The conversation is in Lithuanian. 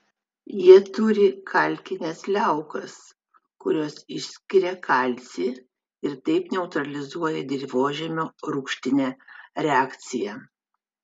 jie turi kalkines liaukas kurios išskiria kalcį ir taip neutralizuoja dirvožemio rūgštinę reakciją